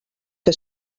que